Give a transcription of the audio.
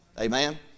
Amen